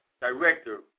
director